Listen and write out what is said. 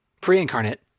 pre-incarnate